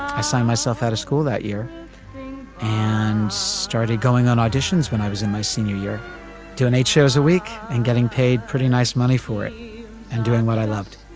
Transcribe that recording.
i signed myself out of school that year and started going on auditions when i was in my senior year to an eight shows a week and getting paid pretty nice money for it and doing what i loved